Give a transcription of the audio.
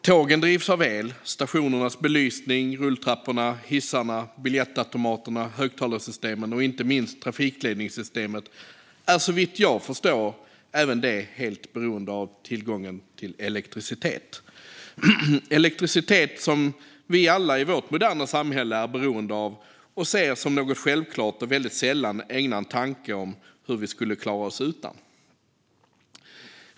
Tågen drivs av el, och stationernas belysning, rulltrapporna, hissarna, biljettautomaterna, högtalarsystemen och inte minst trafikledningssystemet är såvitt jag förstår även de helt beroende av tillgång till elektricitet - elektricitet som vi alla i vårt moderna samhälle är beroende av, ser som något självklart och väldigt sällan ägnar en tanke åt hur vi skulle klara oss utan.